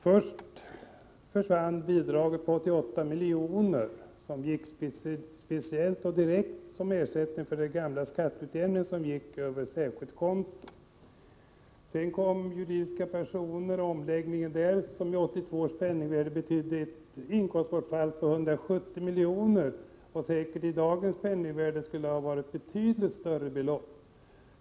Först försvann bidraget, över särskilt konto, om 88 milj.kr., som var en direkt ersättning för den gamla skatteutjämningen. Sedan kom omläggningen av begreppet juridiska personer, som i 1982 års penningvärde betydde ett inkomstbortfall på 170 milj.kr. I dagens penningvärde skulle det motsvara ett betydligt större belopp.